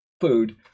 food